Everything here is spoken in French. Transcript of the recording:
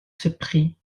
surpris